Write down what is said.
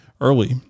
early